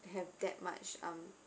have that much um